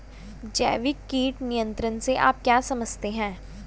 जैविक कीट नियंत्रण से आप क्या समझते हैं?